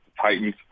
Titans